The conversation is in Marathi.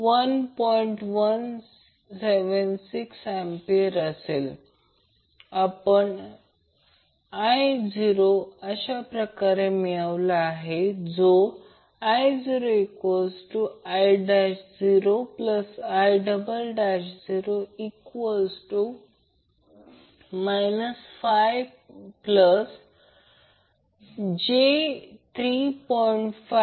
176A आपण I0 अशाप्रकारे मिळवला आहे I0I0I0 5j3